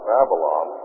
Babylon